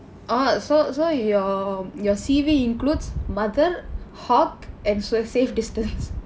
oh so so your your C_V includes mother hawk and so~ safe distance